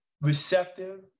receptive